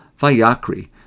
Vayakri